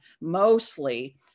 mostly